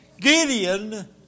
Gideon